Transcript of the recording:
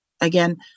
again